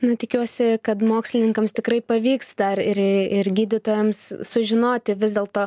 na tikiuosi kad mokslininkams tikrai pavyks dar ir ir gydytojams sužinoti vis dėlto